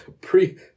Pre